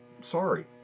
Sorry